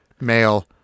male